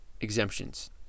exemptions